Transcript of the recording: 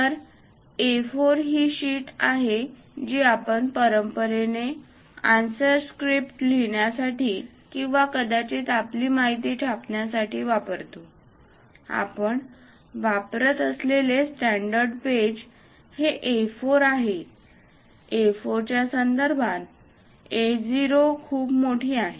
तर A 4 ही sheet आहे जी आपण परंपरेने आन्सर स्क्रिप्ट लिहिण्यासाठी किंवा कदाचित आपली माहिती छापण्यासाठी वापरतो आपण वापरत असलेले स्टॅण्डर्ड पेज हे A4 आहे A 4 च्या संदर्भात A 0 खूप मोठी आहे